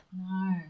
No